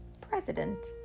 president